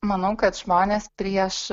manau kad žmonės prieš